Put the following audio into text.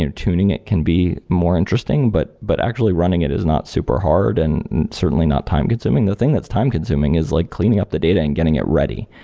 tuning it can be more interesting, but but actually running it is not super hard and certainly not time-consuming the thing that's time-consuming is like cleaning up the data and getting it ready.